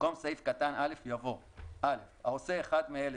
במקום סעיף קטן (א) יבוא: "(א) העושה אחד מאלה,